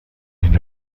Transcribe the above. این